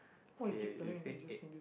K you say eight